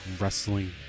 Wrestling